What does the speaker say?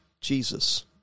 Jesus